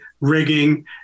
rigging